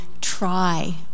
try